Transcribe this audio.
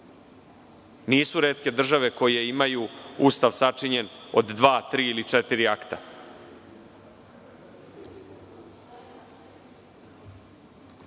Nisu retke države koje imaju ustav sačinjen od dva, tri ili četiri akta. Samo